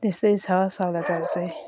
त्यस्तै छ सहुलियतहरू चाहिँ